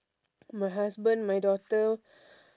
my husband my daughter